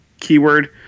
keyword